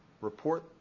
Report